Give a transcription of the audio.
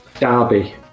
Derby